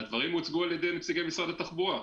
הדברים הוצגו על ידי נציגי משרד התחבורה.